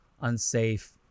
unsafe